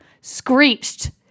Screeched